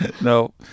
No